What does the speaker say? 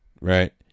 right